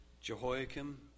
Jehoiakim